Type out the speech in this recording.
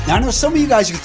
know some of you guys